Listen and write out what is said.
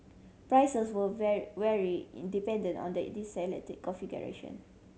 prices will vary independent on the selected configuration